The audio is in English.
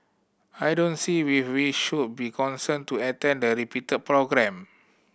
I don't see we we should be cornered to attend the repeated programme